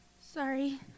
sorry